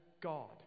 God